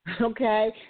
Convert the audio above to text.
okay